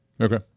Okay